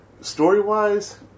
Story-wise